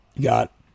got